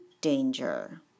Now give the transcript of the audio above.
danger